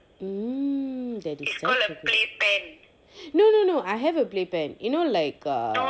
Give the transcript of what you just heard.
mm that is definitely no no no I have a play pan you know like err